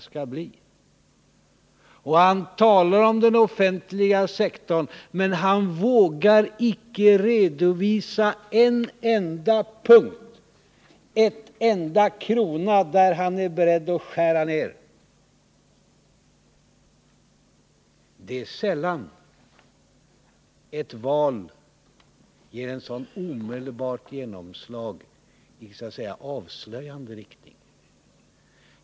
Herr Bohman talar alltså om den offentliga sektorn, men han vågar inte redovisa en enda punkt, där han är beredd att skära ned med en enda krona. Sällan har ett val fått ett så omedelbart genomslag i avslöjande riktning.